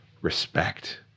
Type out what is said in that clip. respect